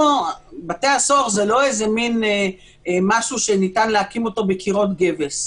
בתי הסוהר זה לא איזה משהו שניתן להקים אותו בקירות גבס.